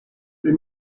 they